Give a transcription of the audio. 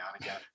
again